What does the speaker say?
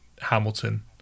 Hamilton